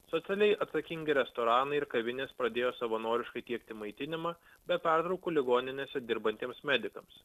socialiai atsakingi restoranai ir kavinės pradėjo savanoriškai tiekti maitinimą be pertraukų ligoninėse dirbantiems medikams